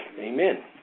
Amen